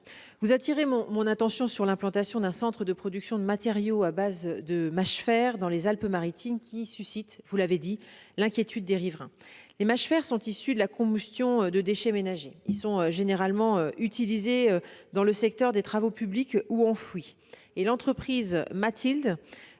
vous attirez mon attention sur l'implantation d'un centre de production de matériaux à base de mâchefers dans les Alpes-Maritimes, qui suscite l'inquiétude des riverains. Les mâchefers sont issus de la combustion de déchets ménagers. Ils sont généralement utilisés dans le secteur des travaux publics ou enfouis. L'entreprise MAT'ILD